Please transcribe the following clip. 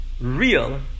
real